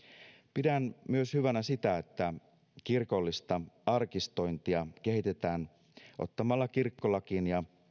pidän hyvänä myös sitä että kirkollista arkistointia kehitetään ottamalla kirkkolakiin ja